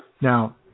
Now